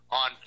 on